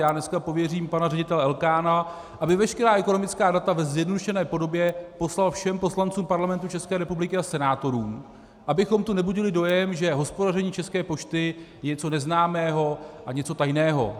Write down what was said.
Dneska pověřím pana ředitele Elkána, aby veškerá ekonomická data ve zjednodušené podobě poslal všem poslancům Parlamentu České republiky a senátorům, abychom tu nebudili dojem, že hospodaření České pošty je něco neznámého a něco tajného.